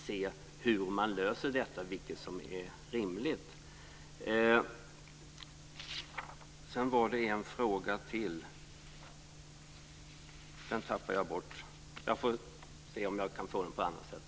Sedan var det en fråga till, men den har jag tappat bort. Jag får vänta och se om jag kan få den på annat sätt.